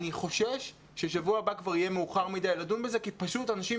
אבל אני חושש ששבוע הבא יהיה כבר מאוחר מדי לדון בזה כי פשוט אנשים